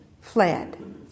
fled